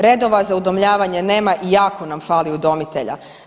Redova za udomljavanje nema i jako nam fali udomitelja.